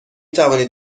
توانید